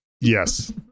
Yes